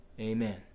Amen